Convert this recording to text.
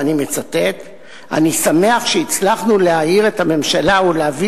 ואני מצטט: "אני שמח שהצלחנו להעיר את הממשלה ולהביא